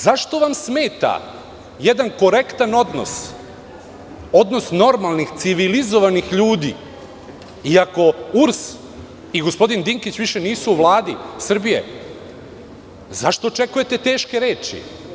Zašto vam smeta jedan korektan odnos, odnos normalnih civilizovanih ljudi iako URS i gospodin Dinkić više nisu u Vladi Srbije, zašto očekujete teške reči?